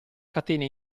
catena